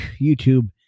YouTube